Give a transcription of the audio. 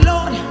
Lord